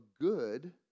good